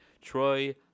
Troy